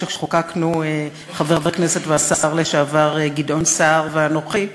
שחוקקנו חבר הכנסת והשר לשעבר גדעון סער ואנוכי,